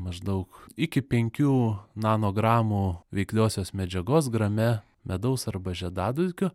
maždaug iki penkių nanogramų veikliosios medžiagos grame medaus arba žiedadulkių